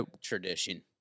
Tradition